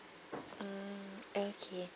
mm okay